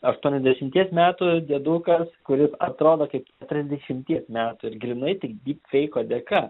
aštuoniasdešimties metų diedukas kuris atrodo kaip trisdešimties metų ir grynai tik dyp feiko dėka